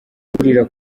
gukurira